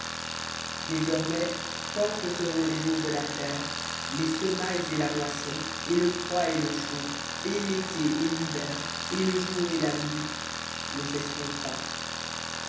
désormais tant que seront les jours de la terre les semailles et la moisson et le froid et le chaud et l'été et l'hiver et le jour et la nuit ne cesseront pas